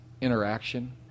interaction